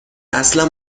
اصلا